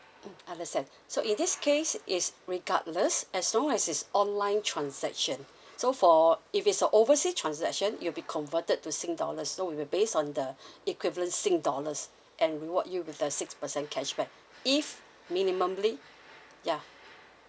mm understand so in this case is regardless as long as is online transaction so for if it's a oversea transaction you'll be converted to sing dollars so we will based on the equivalent sing dollars and reward you with the six percent cashback if minimally ya